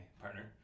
partner